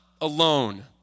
alone